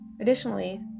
Additionally